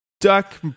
Duck